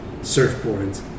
surfboards